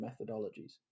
methodologies